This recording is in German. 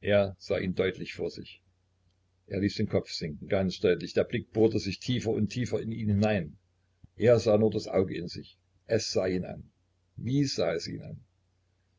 er sah ihn deutlich vor sich er ließ den kopf sinken ganz deutlich der blick bohrte sich tiefer und tiefer in ihn hinein er sah nun das auge in sich es sah ihn an wie sah es ihn an